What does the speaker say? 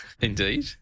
Indeed